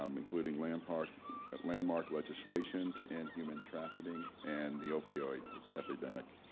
um including landmark landmark legislation to end human trafficking and the opioid epidemic.